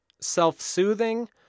self-soothing